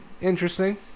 interesting